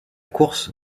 course